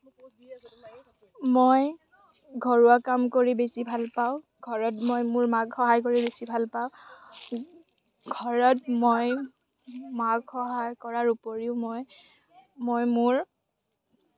মই ঘৰুৱা কাম কৰি বেছি ভাল পাওঁ ঘৰত মই মোৰ মাক সহায় কৰি বেছি ভাল পাওঁ ঘৰত মই মাক সহায় কৰাৰ ওপৰিও মই মই মোৰ